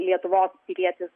lietuvos pilietis